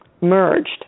merged